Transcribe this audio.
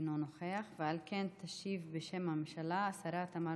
אינו נוכח, ועל כן תשיב בשם הממשלה השרה תמר